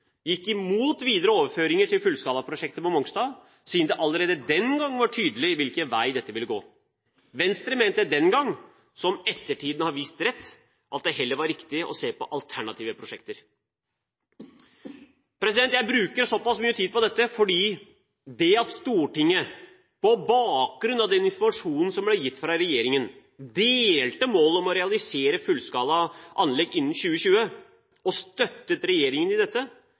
gikk imot videre overføringer til fullskalaprosjektet på Mongstad, siden det allerede den gang var tydelig hvilken vei dette ville gå. Venstre mente den gang, som ettertiden har vist var rett, at det heller var riktig å se på alternative prosjekter. Jeg bruker såpass mye tid på dette fordi det at Stortinget, på bakgrunn av den informasjonen som ble gitt fra regjeringen, delte målet om å realisere fullskala anlegg innen 2020, og støttet regjeringen i dette,